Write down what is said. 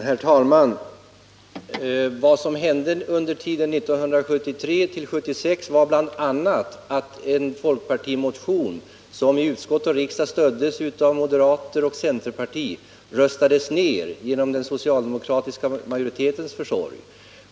Herr talman! Vad som hände under tiden 1973-1976 var bl.a. att en folkpartimotion som stöddes av moderata och centerpartistiska ledamöter röstades ned genom den socialdemokratiska majoritetens försorg.